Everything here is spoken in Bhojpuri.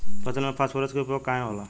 फसल में फास्फोरस के उपयोग काहे होला?